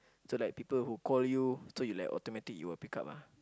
so like people who call you so you like automatic you will pick up ah